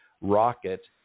rocket